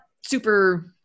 super